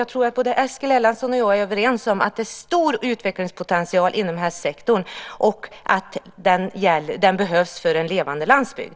Jag tror att Eskil Erlandsson och jag är överens om att det finns en stor utvecklingspotential inom hästsektorn och att den behövs för en levande landsbygd.